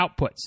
outputs